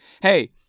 hey